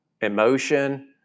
emotion